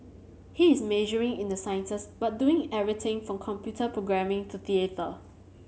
he is majoring in the sciences but doing everything from computer programming to theatre